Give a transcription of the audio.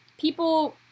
people